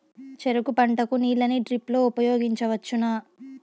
చెరుకు పంట కు నీళ్ళని డ్రిప్ లో ఉపయోగించువచ్చునా?